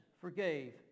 forgave